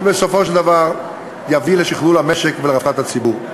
שבסופו של דבר תביא לשכלול המשק ולרווחת הציבור.